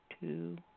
Two